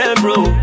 bro